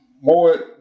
more